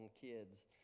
kids